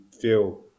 feel